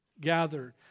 gathered